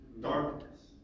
darkness